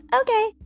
okay